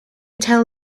tell